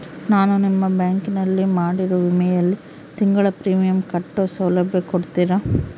ನಾನು ನಿಮ್ಮ ಬ್ಯಾಂಕಿನಲ್ಲಿ ಮಾಡಿರೋ ವಿಮೆಯಲ್ಲಿ ತಿಂಗಳ ಪ್ರೇಮಿಯಂ ಕಟ್ಟೋ ಸೌಲಭ್ಯ ಕೊಡ್ತೇರಾ?